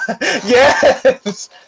yes